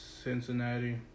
Cincinnati